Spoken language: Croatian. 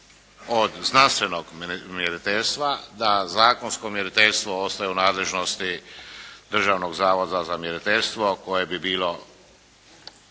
od znanstvenog mjeriteljstva. Da zakonsko mjeriteljstvo ostaje u nadležnosti Državnog zavoda za mjeriteljstvo koje bi bilo